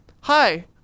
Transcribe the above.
Hi